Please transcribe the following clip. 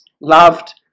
loved